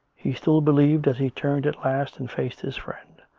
he still believed, as he turned at last and faced his friend,